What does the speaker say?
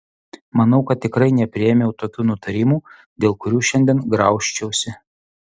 manau kad tikrai nepriėmiau tokių nutarimų dėl kurių šiandien graužčiausi